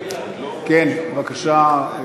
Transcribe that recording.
כן, בבקשה.